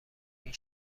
این